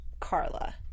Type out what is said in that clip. Carla